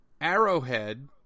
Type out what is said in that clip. Arrowhead